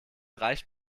reicht